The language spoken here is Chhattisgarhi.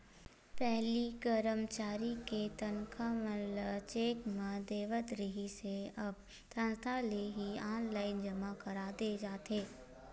पहिली करमचारी के तनखा मन ल चेक म देवत रिहिस हे अब संस्था ले ही ऑनलाईन जमा कर दे जाथे